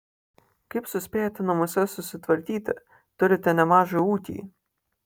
kaip suspėjate namuose susitvarkyti turite nemažą ūkį